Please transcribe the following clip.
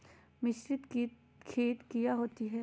मिसरीत खित काया होती है?